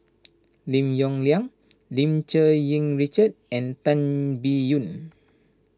Lim Yong Liang Lim Cherng Yih Richard and Tan Biyun